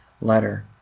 letter